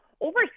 over